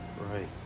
right